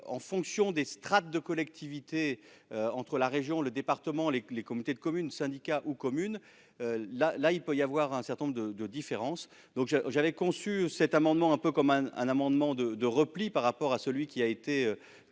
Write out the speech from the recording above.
en fonction de strates de collectivités- régions, départements, communautés de communes, syndicats, communes, etc. -, un certain nombre de différences. J'avais conçu cet amendement comme un amendement de repli par rapport à celui qui a été